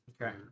Okay